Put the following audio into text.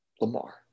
Lamar